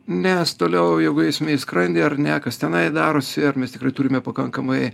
nes toliau jeigu eisime į skrandį ar ne kas tenai darosi ar mes tikrai turime pakankamai